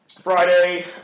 Friday